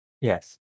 Yes